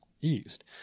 east